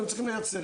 הם צריכים לייצר.